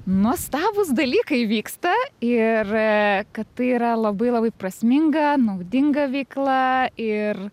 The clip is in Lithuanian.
nuostabūs dalykai vyksta ir kad tai yra labai labai prasminga naudinga veikla ir